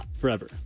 forever